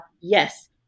yes